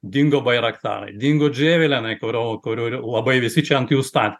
dingo bairaktarai dingo dževelinai kurio kurių labai visi čia ant jų statė